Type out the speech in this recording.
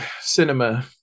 cinema